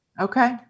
Okay